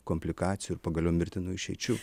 komplikacijų ir pagaliau mirtinų išeičių